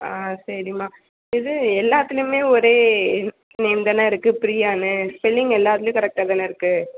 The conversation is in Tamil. ஆ சரிமா இது எல்லாத்திலையுமே ஒரே நேம் தானே இருக்குது பிரியான்னு ஸ்பெல்லிங் எல்லாத்திலையும் கரெக்ட்டாக தானே இருக்குது